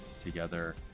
together